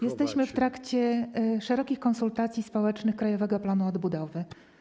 Jesteśmy w trakcie szerokich konsultacji społecznych krajowego planu odbudowy.